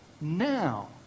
now